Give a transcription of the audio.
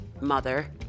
mother